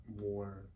more